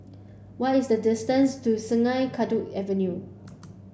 what is the distance to Sungei Kadut Avenue